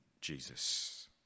Jesus